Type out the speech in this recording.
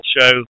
show